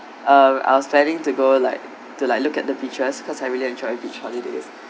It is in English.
uh I was planning to go like to like look at the beaches because I really enjoy beach holidays